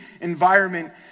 environment